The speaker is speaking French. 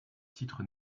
titre